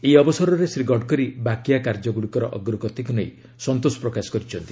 ଏହି ଅବସରରେ ଶ୍ରୀ ଗଡ଼କରୀ ବାକିଆ କାର୍ଯ୍ୟଗୁଡ଼ିକର ଅଗ୍ରଗତିକୁ ନେଇ ସନ୍ତୋଷ ପ୍ରକାଶ କରିଛନ୍ତି